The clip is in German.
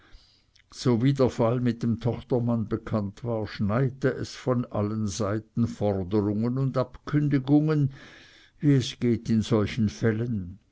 so wie der fall mit dem tochtermann bekannt war schneite es von allen seiten forderungen und abkündigungen wie es geht in solchen fällen